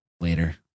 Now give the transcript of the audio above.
later